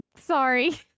Sorry